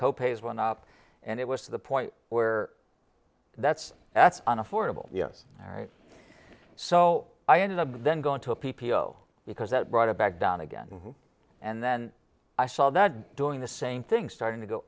co pays went up and it was to the point where that's at an affordable yes all right so i ended up then going to a p p o because that brought it back down again and then i saw that doing the same thing starting to go